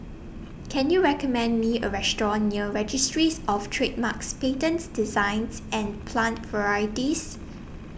Can YOU recommend Me A Restaurant near Registries of Trademarks Patents Designs and Plant Varieties